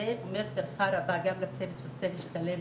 הכול נמצא במרכז וזה אני אומרת בהערכה רבה יש לנו צוות שלם במרכז,